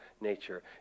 nature